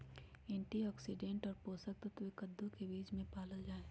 antioxidant और पोषक तत्व कद्दू के बीज में पावल जाहई